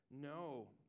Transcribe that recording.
No